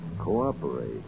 cooperate